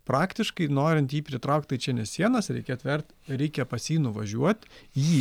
praktiškai norint jį pritraukt tai čia ne sienas reikia atvert reikia pas jį nuvažiuot jį